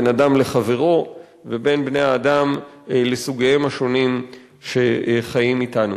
בין אדם לחברו ובין בני-האדם לסוגיהם השונים שחיים אתנו.